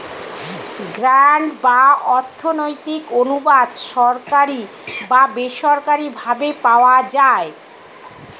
grant বা অর্থনৈতিক অনুদান সরকারি বা বেসরকারি ভাবে পাওয়া যায়